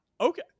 okay